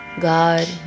God